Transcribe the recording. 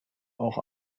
auch